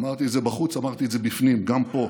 אמרתי את זה בחוץ, אמרתי את זה בפנים, גם פה,